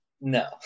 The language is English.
no